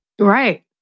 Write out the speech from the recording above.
Right